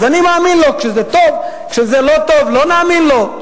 אני מאמין לו כשזה טוב, כשזה לא טוב, לא נאמין לו?